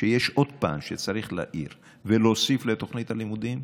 שיש עוד פן שצריך להעיר ולהוסיף לתוכנית הלימודים,